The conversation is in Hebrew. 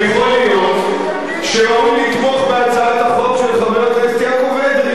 יכול להיות שראוי לתמוך בהצעת החוק של חבר הכנסת יעקב אדרי